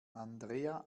andrea